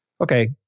okay